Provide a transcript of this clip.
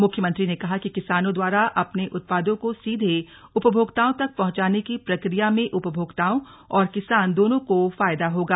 मुख्यमंत्री ने कहा कि किसानों द्वारा अपने उत्पादों को सीधे उपभोक्ताओं तक पहुंचाने की प्रक्रिया में उपभोक्ताओं और किसान दोनों को फायदा होगा